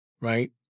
right